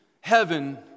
heaven